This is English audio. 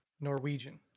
Norwegian